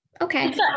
Okay